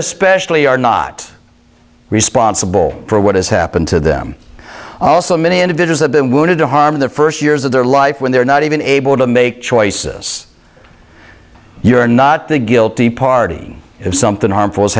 especially are not responsible for what has happened to them also many individual have been wounded to harm the first years of their life when they're not even able to make choices you're not the guilty party if something harmful as